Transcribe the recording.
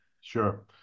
Sure